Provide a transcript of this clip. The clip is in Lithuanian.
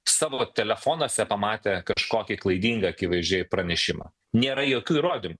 savo telefonuose pamatę kažkokį klaidingą akivaizdžiai pranešimą nėra jokių įrodymų